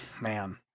man